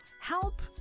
help